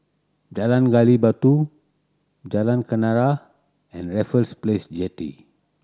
Jalan Gali Batu Jalan Kenarah and Raffles Place Jetty